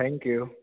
thank યું